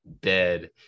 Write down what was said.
dead